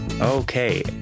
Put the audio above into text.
Okay